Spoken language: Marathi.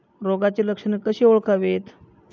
रोगाची लक्षणे कशी ओळखावीत?